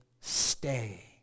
stay